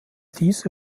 diese